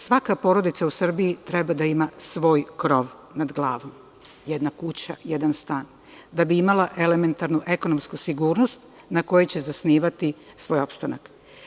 Svaka u Srbiji treba da ima svoj krov nad glavom, jedna kuća, jedan stan, da bi imala elementarnu ekonomsku sigurnost na kojoj će zasnivati svoj opstanak.